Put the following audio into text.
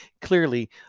clearly